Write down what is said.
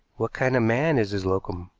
what kind of man is his locum,